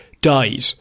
died